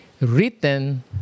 written